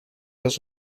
los